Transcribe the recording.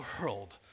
world